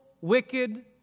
wicked